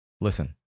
listen